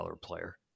player